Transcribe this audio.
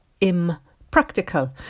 impractical